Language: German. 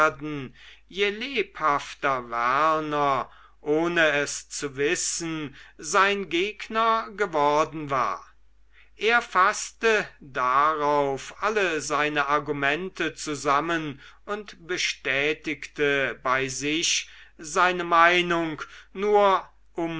lebhafter werner ohne es zu wissen sein gegner geworden war er faßte darauf alle seine argumente zusammen und bestätigte bei sich seine meinung nur um